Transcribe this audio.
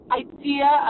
idea